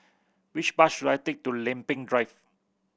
which bus should I take to Lempeng Drive